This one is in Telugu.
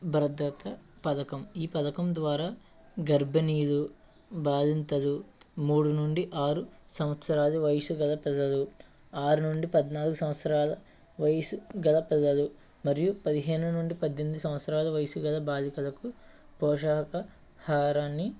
భద్రతా పథకం ఈ పథకం ద్వారా గర్భిణీలు బాలింతలు మూడు నుండి ఆరు సంవత్సరాల వయసుగల పిల్లలు ఆరు నుండి పద్నాలుగు సంవత్సరాలు వయసు గల పిల్లలు మరియు పదిహేను నుండి పద్దెనిమిది సంవత్సరాల వయస్సు గల బాలికలకు పోషక ఆహారాన్ని